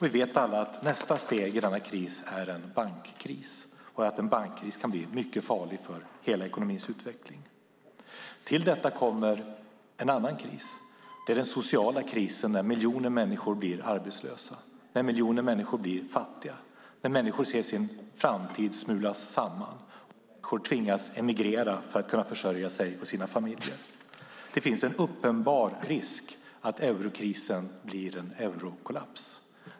Vi vet alla att nästa steg i denna kris är en bankkris och att en bankkris kan bli mycket farlig för hela ekonomins utveckling. Till detta kommer en annan kris. Det är den sociala krisen där miljoner människor blir arbetslösa, där miljoner människor blir fattiga, där människor ser sin framtid smulas samman och tvingas emigrera för att kunna försörja sig och sina familjer. Det finns en uppenbar risk att eurokrisen blir en eurokollaps.